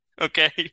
okay